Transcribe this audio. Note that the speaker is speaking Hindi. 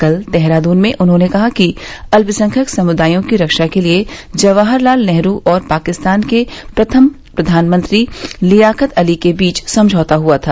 कल देहरादून में उन्होंने कहा कि अत्यसंख्यक समुदायों की रक्षा के लिए जवाहरलाल नेहरू और पाकिस्तान के प्रथम प्रघानमंत्री लियाकत अली के बीच समझौता हुआ था